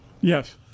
Yes